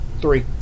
Three